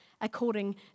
according